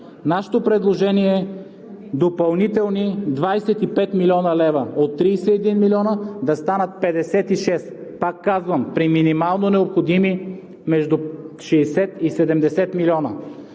Нашето предложение е: допълнителни 25 млн. лв. – от 31 милиона, да станат 56. Пак казвам, при минимално необходими между 60 и 70 милиона.